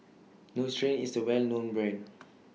Nutren IS A Well known Brand